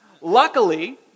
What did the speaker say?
Luckily